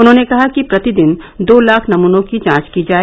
उन्होंने कहा कि प्रतिदिन दो लाख नमूनों की जांच की जाए